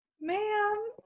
ma'am